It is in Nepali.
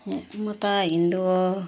म त हिन्दू हो